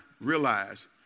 realize